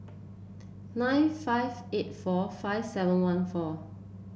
nine five eight four five seven one four